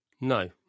no